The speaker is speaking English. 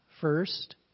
First